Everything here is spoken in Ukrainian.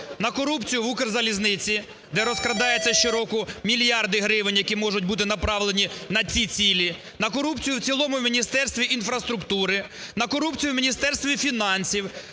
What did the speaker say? на корупцію в "Укрзалізниці", де розкрадається щороку мільярди гривень, які можуть бути направлені на ці цілі, на корупцію в цілому в Міністерстві інфраструктури, на корупцію в Міністерстві фінансів.